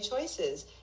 choices